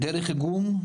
דרך איגום,